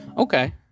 Okay